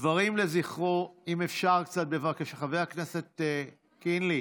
דברים לזכרו, אם אפשר, חבר הכנסת קינלי.